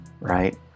right